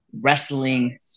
wrestling